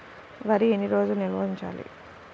వరి ఎన్ని రోజులు నిల్వ ఉంచాలి?